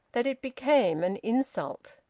that it became an insult.